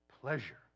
pleasure